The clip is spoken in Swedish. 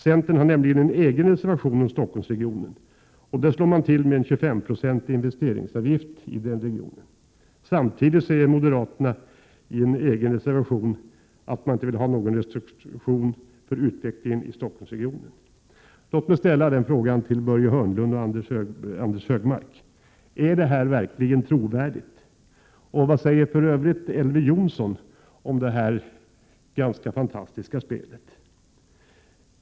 Centern har nämligen en egen reservation om Stockholmsregionen, och där slår man till med en 25-procentig investeringsavgift i den regionen. Samtidigt säger moderaterna i en egen reservation att man inte vill ha någon restriktion för utvecklingen i Stockholmsregionen. Låt mig ställa frågan till Börje Hörnlund och Anders G Högmark: Är detta trovärdigt? Vad säger för övrigt Elver Jonsson om detta fantastiska spel?